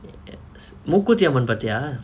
I mean take this mookuthiyamman பாத்தியா:paathiyaa